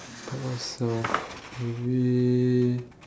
pause lah maybe